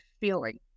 feeling